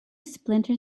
splinter